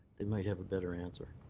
they might have a better answer.